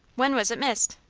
when was it missed?